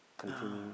uh